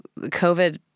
COVID